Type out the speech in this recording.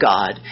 God